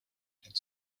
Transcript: had